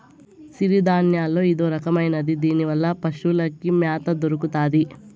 సిరుధాన్యాల్లో ఇదొరకమైనది దీనివల్ల పశులకి మ్యాత దొరుకుతాది